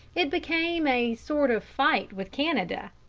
it became a sort of fight with canada,